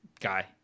guy